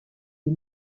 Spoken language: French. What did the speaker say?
des